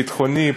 ביטחוני,